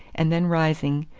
and then rising,